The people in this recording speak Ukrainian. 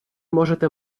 можете